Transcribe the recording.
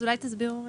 אז אולי תסבירו רגע?